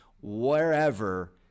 wherever